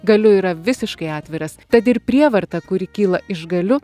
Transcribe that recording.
galiu yra visiškai atviras tad ir prievarta kuri kyla iš galiu